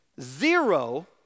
Zero